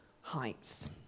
heights